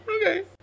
Okay